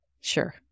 Sure